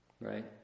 Right